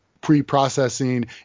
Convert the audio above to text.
pre-processing